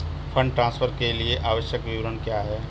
Fund transfer के लिए आवश्यक विवरण क्या हैं?